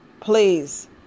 Please